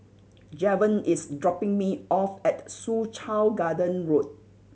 Javon is dropping me off at Soo Chow Garden Road